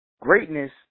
greatness